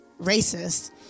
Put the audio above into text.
racist